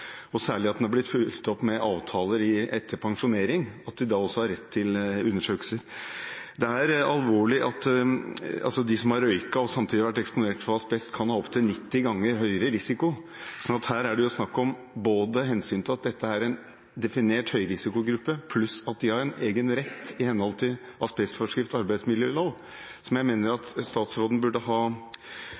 og særlig at den er blitt fulgt opp med avtaler etter pensjonering, da de også har rett til undersøkelser. Det er alvorlig at de som har røykt og samtidig har vært eksponert for asbest, kan ha opptil 90 ganger høyere risiko. Her er det snakk om både hensyn til at dette er en definert høyrisikogruppe, pluss at de har en egen rett i henhold til asbestforskrift og arbeidsmiljølov. Så jeg mener at regjeringen burde ha